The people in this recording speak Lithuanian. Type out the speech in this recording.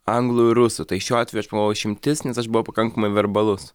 anglų ir rusų tai šiuo atveju aš išimtis nes aš buvau pakankamai verbalus